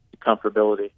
comfortability